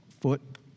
foot